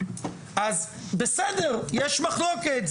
אז בסדר יש מחלוקת,